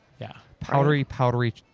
yeah. powdery powdery.